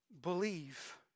believe